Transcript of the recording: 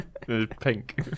Pink